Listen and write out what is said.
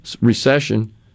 recession